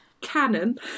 canon